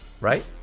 right